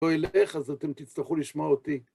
או אליך, אז אתם תצטרכו לשמוע אותי.